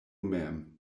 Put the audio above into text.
mem